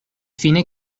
fine